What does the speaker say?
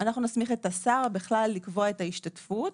אנחנו נסמיך את השר בכלל לקבוע את ההשתתפות,